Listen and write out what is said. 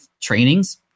trainings